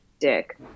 dick